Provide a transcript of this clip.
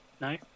No